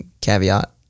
caveat